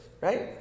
Right